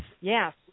yes